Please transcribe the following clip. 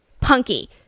Punky